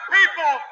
people